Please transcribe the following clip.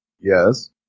Yes